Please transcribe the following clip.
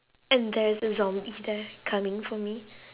and there is a zombie there coming for me